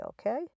okay